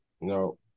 no